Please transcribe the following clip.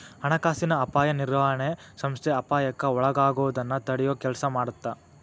ಹಣಕಾಸಿನ ಅಪಾಯ ನಿರ್ವಹಣೆ ಸಂಸ್ಥೆ ಅಪಾಯಕ್ಕ ಒಳಗಾಗೋದನ್ನ ತಡಿಯೊ ಕೆಲ್ಸ ಮಾಡತ್ತ